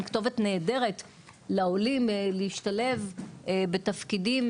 כתובת נהדרת לעולים להשתלב בתפקידים,